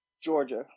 Georgia